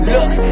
Look